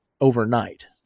overnight